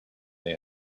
they